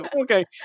okay